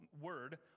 word